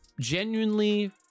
genuinely